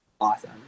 awesome